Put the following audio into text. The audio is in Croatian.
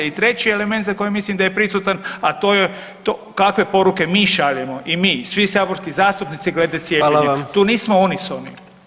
I treći element za koji mislim da je prisutan, a to je kakve poruke mi šaljemo i mi svi saborski zastupnici glede cijepljenja [[Upadica: Hvala vam.]] tu nismo unisoni.